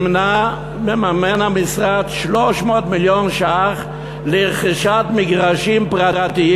מממן המשרד 300 מיליון ש"ח לרכישת מגרשים פרטיים